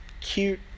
cute